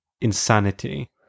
insanity